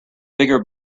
bigger